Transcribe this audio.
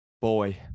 boy